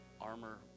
armor